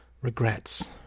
regrets